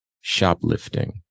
shoplifting